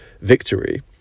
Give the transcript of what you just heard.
victory